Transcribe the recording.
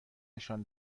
نشان